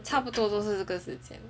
差不多都是这个时间